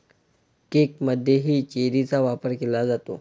केकमध्येही चेरीचा वापर केला जातो